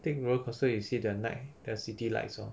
take roller coaster you see the night the city lights lor